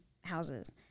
houses